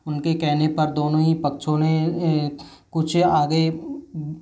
उनके कहने पर दोनों ही पक्षों ने कुछ आगे